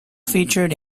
featured